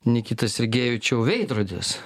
nikita sergėjivičiau veidrodis